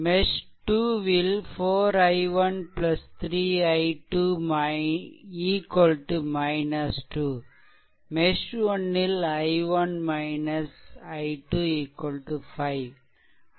மெஷ்2 ல் 4 i1 3 i2 2 mesh ல் i1 i2 5